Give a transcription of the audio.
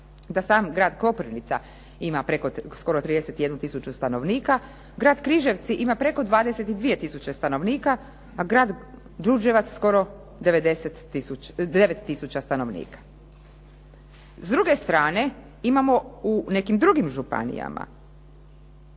da sam grad Koprivnica ima skoro 31 tisuću stanovnika. Grad Križevci ima preko 22 tisuće stanovnika, a grad Đurđevac 9 tisuća stanovnika. S druge strane imamo u nekim drugim županijama